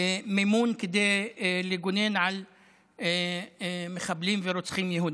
מימון כדי לגונן על מחבלים ורוצחים יהודים.